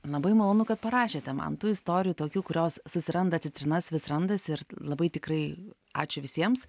labai malonu kad parašėte man tų istorijų tokių kurios susiranda citrinas vis randasi ir labai tikrai ačiū visiems